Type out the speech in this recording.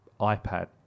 iPad